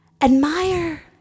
Admire